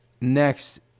next